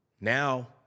now